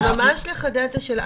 אני ממש אחדד את השאלה.